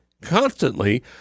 constantly